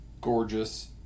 gorgeous